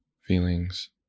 feelings